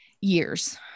years